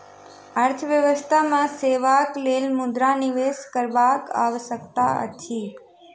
अर्थव्यवस्था मे सेवाक लेल मुद्रा निवेश करबाक आवश्यकता अछि